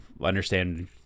understand